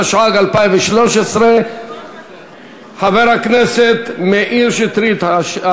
התשע"ג 2013. חבר הכנסת מאיר שטרית.